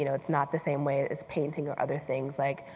you know it's not the same way as painting or other things. like,